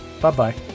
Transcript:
Bye-bye